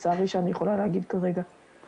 כן, קרן מחקרים ירושלים.